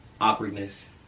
awkwardness